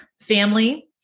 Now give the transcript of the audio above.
family